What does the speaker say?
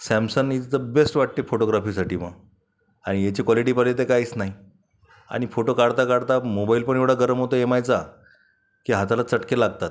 Samsung is the best वाटते फोटोग्राफीसाठी मग हा याची क्वालिटी पाहिली तर काहीच नाही आणि फोटो काढताकाढता मोबाईल पण एवढा गरम होतो एम आयचा की हाताला चटके लागतात